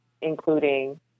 including